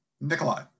Nikolai